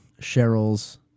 Cheryl's